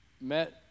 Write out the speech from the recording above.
Met